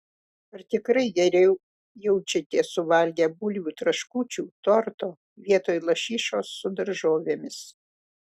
ar tikrai geriau jaučiatės suvalgę bulvių traškučių torto vietoj lašišos su daržovėmis